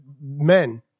men